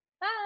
Bye